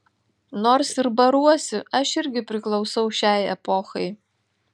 nors ir baruosi aš irgi priklausau šiai epochai